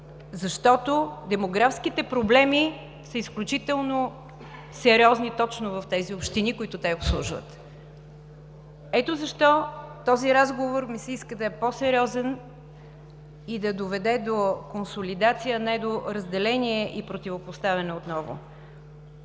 защото демографските проблеми са изключително сериозни точно в тези общини, които те обслужват. Ето защо този разговор ми се иска да е по-сериозен и да доведе до консолидация, а не до разделение и противопоставяне отново.